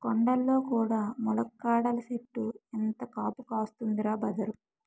కొండల్లో కూడా ములక్కాడల సెట్టు ఎంత కాపు కాస్తందిరా బదరూ